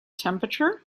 temperature